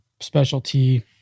specialty